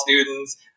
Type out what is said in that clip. students